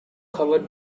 covered